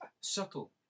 subtle